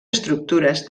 estructures